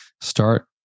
start